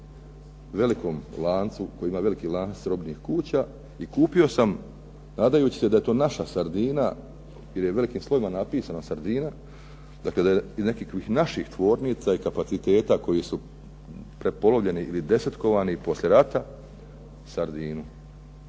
velikom lancu, koji ima veliki lanac robnih kuća i kupio sam, nadajući se da je to naša sardina jer je velikim slovima napisano sardina, dakle nekakvih naših tvornica i kapaciteta koji su prepolovljeni ili desetkovani poslije rata, sardinu.